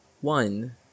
One